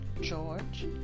George